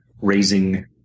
raising